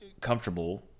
comfortable